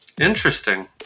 interesting